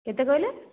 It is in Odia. କେତେ କହିଲେ